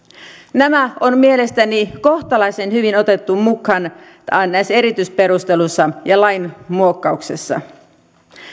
nämä on mielestäni kohtalaisen hyvin otettu mukaan näissä erityisperusteluissa ja lain muokkauksessa